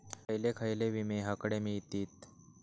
खयले खयले विमे हकडे मिळतीत?